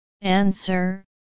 Answer